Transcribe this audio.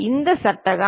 இது சட்டகம்